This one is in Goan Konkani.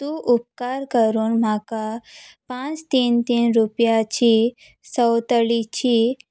तूं उपकार करून म्हाका पांच तीन तीन रुपयाची सवथळीची